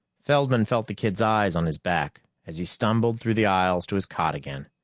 feldman felt the kid's eyes on his back as he stumbled through the aisles to his cot again.